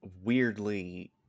weirdly